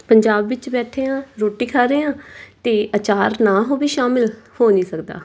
ਪੰਜਾਬ ਵਿੱਚ ਬੈਠੇ ਹਾਂ ਰੋਟੀ ਖਾ ਰਹੇ ਹਾਂ ਅਤੇ ਅਚਾਰ ਨਾ ਹੋਵੇ ਸ਼ਾਮਿਲ ਹੋ ਨਹੀਂ ਸਕਦਾ